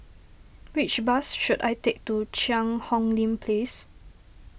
which bus should I take to Cheang Hong Lim Place